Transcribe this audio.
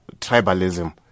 tribalism